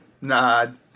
nod